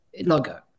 logo